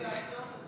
ויועצות.